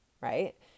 right